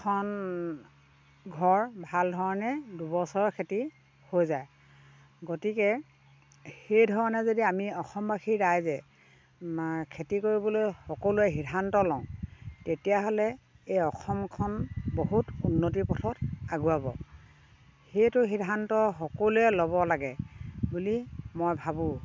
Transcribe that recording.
এখন ঘৰ ভাল ধৰণে দুবছৰ খেতি হৈ যায় গতিকে সেইধৰণে যদি আমি অসমবাসী ৰাইজে খেতি কৰিবলৈ সকলোৱে সিদ্ধান্ত লওঁ তেতিয়াহ'লে এই অসমখন বহুত উন্নতিৰ পথত আগুৱাব সেইটো সিদ্ধান্ত সকলোৱে ল'ব লাগে বুলি মই ভাবোঁ